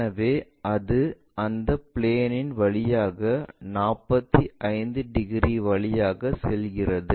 எனவே இது அந்த பிளேன் இன் வழியாக 45 டிகிரி வழியாக செல்கிறது